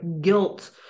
guilt